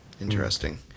Interesting